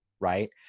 Right